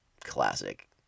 Classic